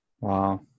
Wow